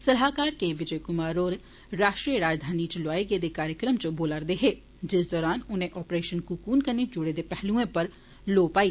सलाहकार के विजय कुमार होर राष्ट्रीय राजघानी च लोआए गेदे इक कार्यक्रम च बोला'रदे हे जिस दौरान उने आपरेशन ककून कन्नै जुड़े दे पहलुए उप्पर लौऽ पाई